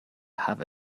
have